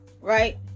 right